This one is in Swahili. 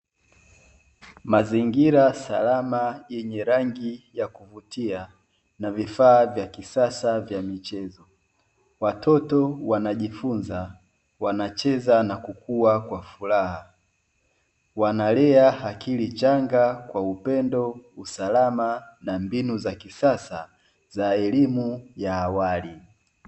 Mazingira salama yenye rangi ya kuvutia na vifaa vya kisasa vya michezo, watoto wanajifunza wanacheza na kukua kwa furaha wanalea akili changa kwa upendo, usalama na mbinu za kisasa za elimu ya awali.